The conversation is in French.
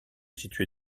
située